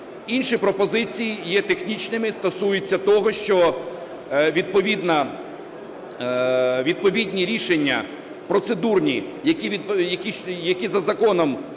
Інші пропозиції є технічними і стосуються того, що відповідні рішення процедурні, які за законом має